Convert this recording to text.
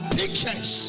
pictures